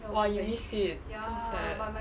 !wah! you missed it so sad